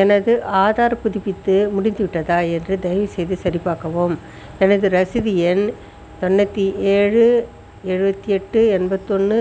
எனது ஆதார் புதுப்பிப்பு முடிந்துவிட்டதா என்று தயவுசெய்து சரிபார்க்கவும் எனது ரசீது எண் தொண்ணூற்றி ஏழு எழுபத்தி எட்டு எண்பத்தொன்று